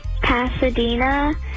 Pasadena